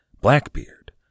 Blackbeard